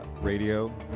.radio